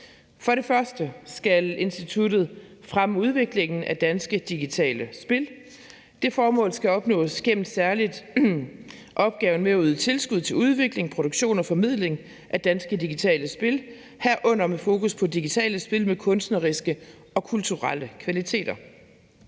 For det første skal instituttet fremme udviklingen af danske digitale spil. Det formål skal særlig opnås gennem at yde tilskud til udvikling, produktion og formidling af danske digitale spil, herunder have fokus på digitale spil med kunstneriske og kulturelle kvaliteter.